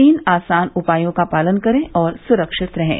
तीन आसान उपायों का पालन करें और सुरक्षित रहें